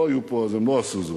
שלא היו פה, אז הם לא עשו זאת.